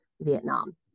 Vietnam